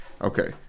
okay